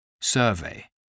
survey